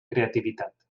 creativitat